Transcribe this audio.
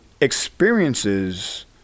Experiences